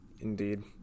Indeed